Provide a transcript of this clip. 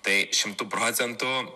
tai šimtu procentu